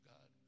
God